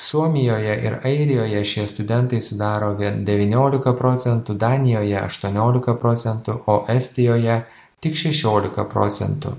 suomijoje ir airijoje šie studentai sudaro vien devyniolika procentų danijoje aštuoniolika procentų o estijoje tik šešiolika procentų